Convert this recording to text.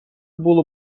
було